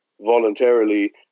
voluntarily